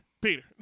Peter